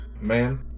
man